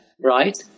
right